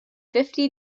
fifty